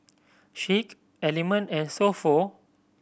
Schick Element and So Pho